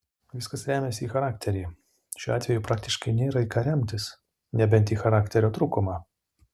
viskas remiasi į charakterį šiuo atveju praktiškai nėra į ką remtis nebent į charakterio trūkumą